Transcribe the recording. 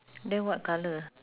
then what colour